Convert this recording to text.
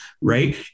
right